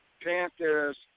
Panthers